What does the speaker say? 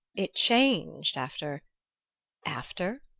it changed after after?